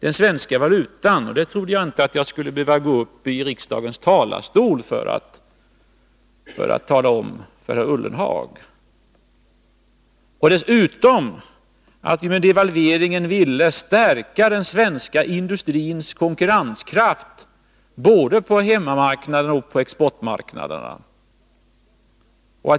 Det trodde jag inte att jag skulle behöva gå upp i riksdagens talarstol för att tala om för herr Ullenhag, inte heller att vi genom devalveringen ville stärka den svenska industrins konkurrenskraft både på hemmamarknaden och på exportmarknaderna.